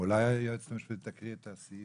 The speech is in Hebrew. אולי היועצת המשפטית, תקריאי את הסעיף?